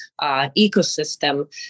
ecosystem